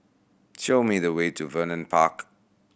show me the way to Vernon Park